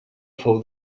fou